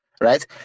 right